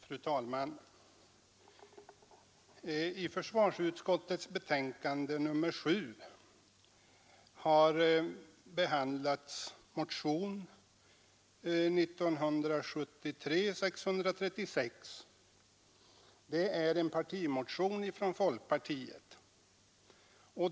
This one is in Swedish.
Fru talman! I försvarsutskottets betänkande nr 7 behandlas motionen 636, som är en partimotion från folkpartiet.